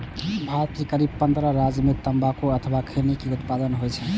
भारत के करीब पंद्रह राज्य मे तंबाकू अथवा खैनी के उत्पादन होइ छै